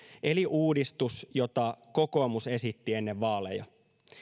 eli uudistus jota kokoomus esitti ennen vaaleja